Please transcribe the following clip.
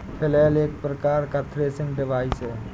flail एक प्रकार का थ्रेसिंग डिवाइस है